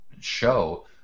show